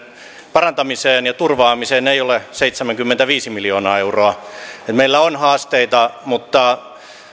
parantamiseen ja turvaamiseen ei ole seitsemänkymmentäviisi miljoonaa euroa meillä on haasteita mutta